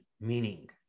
meaning